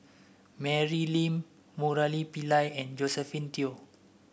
Mary Lim Murali Pillai and Josephine Teo